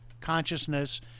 consciousness